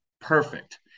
perfect